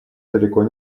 далеко